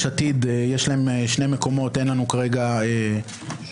יש עתיד יש להם שני מקומות, אין כרגע איוש.